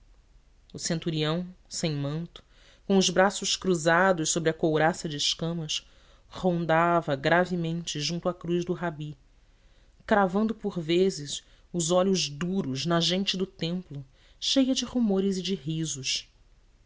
o centurião sem manto com os braços cruzados sobre a couraça de escamas rondava gravemente junto à cruz do rabi cravando por vezes os olhos duros na gente do templo cheia de rumores e de risos